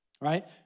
right